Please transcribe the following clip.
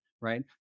right